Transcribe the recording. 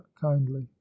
kindly